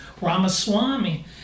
Ramaswamy